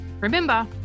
Remember